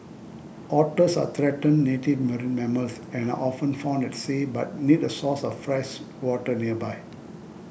otters are threatened native marine mammals and are often found at sea but need a source of fresh water nearby